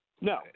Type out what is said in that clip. no